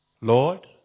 Lord